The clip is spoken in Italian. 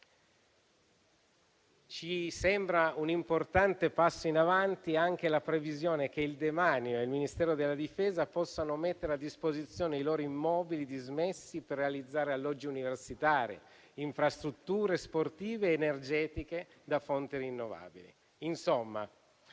Ci sembra un importante passo in avanti anche la previsione che il demanio e il Ministero della difesa possano mettere a disposizione i loro immobili dismessi per realizzare alloggi universitari, infrastrutture sportive ed energetiche da fonti rinnovabili.